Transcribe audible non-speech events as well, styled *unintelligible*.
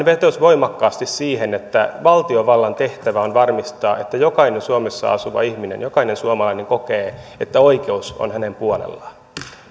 *unintelligible* vetosi voimakkaasti siihen että valtiovallan tehtävä on varmistaa että jokainen suomessa asuva ihminen jokainen suomalainen kokee että oikeus on hänen puolellaan